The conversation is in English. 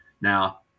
Now